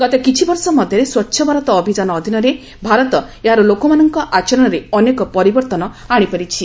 ଗତ କିଛିବର୍ଷ ମଧ୍ଘରେ ସ୍ୱ ଅଭିଯାନ ଅଧୀନରେ ଭାରତ ଏହାର ଲୋକମାନଙ୍କ ଆଚରଣରେ ଅନେକ ପରିବର୍ତ୍ତନ ଆଶିପାରିଛି